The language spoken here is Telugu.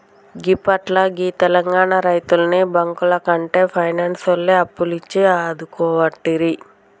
గిప్పట్ల గీ తెలంగాణ రైతుల్ని బాంకులకంటే పైనాన్సోల్లే అప్పులిచ్చి ఆదుకోవట్టిరి